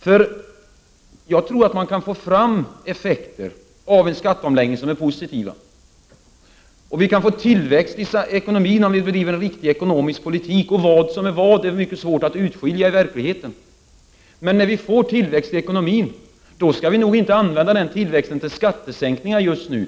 för jag tror att man kan få fram positiva effekter av en skatteomläggning och att vi kan få tillväxt i ekonomin om vi bedriver en riktig ekonomisk politik. Vad som är vad är mycket svårt att urskilja i verkligheten, men när vi får tillväxt i ekonomin skall vi nog inte använda den tillväxten till skattesänkningar just nu.